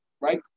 right